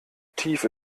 tief